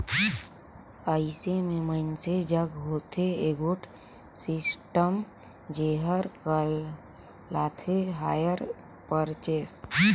अइसे में मइनसे जग होथे एगोट सिस्टम जेहर कहलाथे हायर परचेस